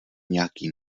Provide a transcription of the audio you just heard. nějaký